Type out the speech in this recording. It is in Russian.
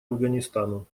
афганистану